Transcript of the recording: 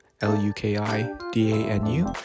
L-U-K-I-D-A-N-U